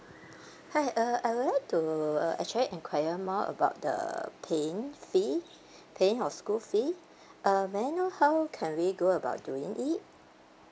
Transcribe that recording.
hi uh I would like to uh actually inquire more about the paying fee paying your school fee um may I know how can we go about doing it